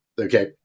Okay